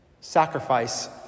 sacrifice